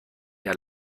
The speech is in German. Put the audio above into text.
der